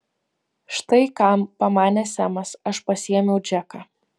štai kam pamanė semas aš pasiėmiau džeką